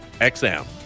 XM